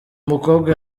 mukobwa